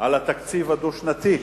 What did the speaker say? על התקציב הדו-שנתי.